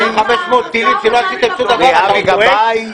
500 טילים שלא עשיתם שום דבר ואתה עוד לועג למישהו?